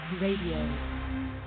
Radio